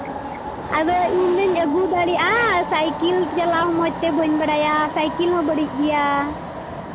ᱟᱫᱚ ᱤᱧᱫᱚᱧ ᱟᱹᱜᱩ ᱫᱟᱲᱮᱭᱟᱜᱼᱟ ᱥᱟᱭᱠᱮᱹᱞ ᱪᱟᱞᱟᱣ ᱢᱚᱡᱽ ᱛᱮ ᱵᱟᱹᱧ ᱵᱟᱲᱟᱭᱟ ᱥᱟᱭᱠᱮᱹᱞ ᱦᱚᱸ ᱵᱟᱹᱲᱤᱡ ᱜᱮᱭᱟ